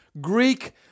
Greek